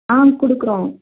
ஆ கொடுக்குறோம்